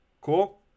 cool